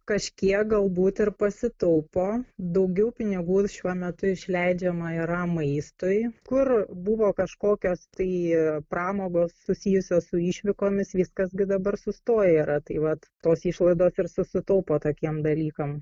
kažkiek galbūt ir pasitaupo daugiau pinigų ir šiuo metu išleidžiama yra maistui kur buvo kažkokios tai ir pramogos susijusios su išvykomis viskas gi dabar sustoję yra tai vat tos išlaidos ir susitaupo tokiem dalykam